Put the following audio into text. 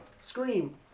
Scream